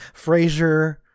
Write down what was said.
Frasier